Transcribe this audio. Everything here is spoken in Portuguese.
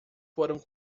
foram